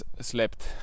slept